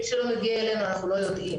מי שלא מגיע אלינו אנחנו לא יודעים.